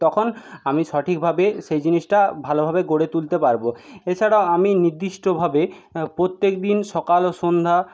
তখন আমি সঠিকভাবে সেই জিনিসটা ভালোভাবে গড়ে তুলতে পারব এছাড়াও আমি নির্দিষ্টভাবে প্রত্যেকদিন সকাল ও সন্ধ্যা